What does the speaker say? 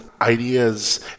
ideas